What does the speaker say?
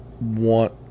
want